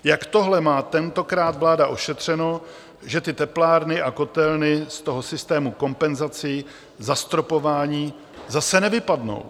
Jak tohle má tentokrát vláda ošetřeno, že ty teplárny a kotelny z toho systému kompenzací zastropování zase nevypadnou?